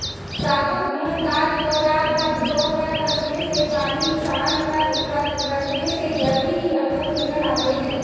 साबुत मूंग दाल को रातभर भिगोकर रखने से पानी छानकर रखने से जल्दी ही अंकुर निकल आते है